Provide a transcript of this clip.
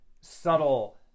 subtle